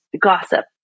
gossip